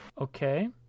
Okay